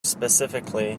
specifically